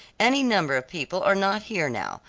any number of people are not here now,